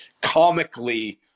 comically